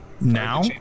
Now